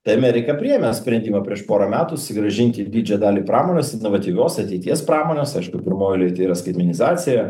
tai amerika priėmė sprendimą prieš porą metų susigrąžinti didžią dalį pramonės inovatyvios ateities pramonės aišku pirmoj eilėj tai yra skaitmenizacija